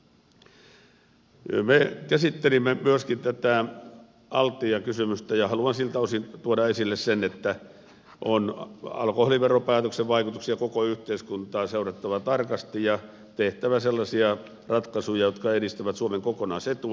me käsittelimme myöskin tätä altia kysymystä ja haluan siltä osin tuoda esille sen että on alkoholiveropäätöksen vaikutuksia koko yhteiskuntaan seurattava tarkasti ja tehtävä sellaisia ratkaisuja jotka edistävät suomen kokonaisetua